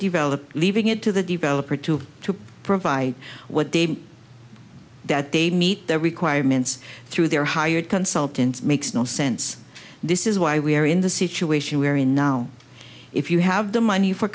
developed leaving it to the developer to have to provide what they that they meet their requirements through their hired consultants makes no sense this is why we're in the situation we're in now if you have the money for